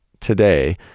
Today